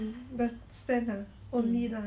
ya